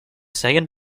second